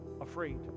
afraid